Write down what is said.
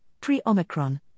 pre-Omicron